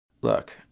Look